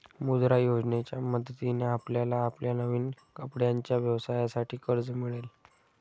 मुद्रा योजनेच्या मदतीने आपल्याला आपल्या नवीन कपड्यांच्या व्यवसायासाठी कर्ज मिळेल